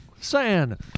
Sand